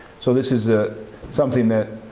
so this is ah something that